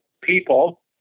people